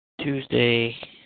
Tuesday